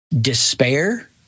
despair